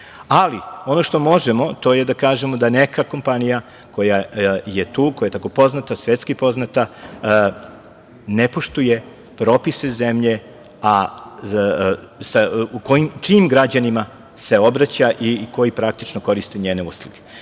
ali ono što možemo to je da kažemo da neka kompanija koja je tu, koja je svetski poznata, ne poštuje propise zemlje, a čijim građanima se obraća i koji praktično koriste njene usluge. Hvala